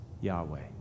Yahweh